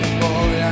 boy